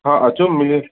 हा अचो मींजे